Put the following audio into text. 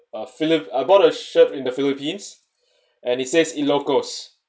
a philip~ I bought about a shirt in the philippines and it says E-locos